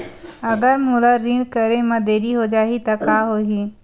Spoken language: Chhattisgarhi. अगर मोला ऋण करे म देरी हो जाहि त का होही?